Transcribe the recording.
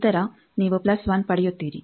ನಂತರ ನೀವು ಪ್ಲಸ್ 1 ಪಡೆಯುತ್ತೀರಿ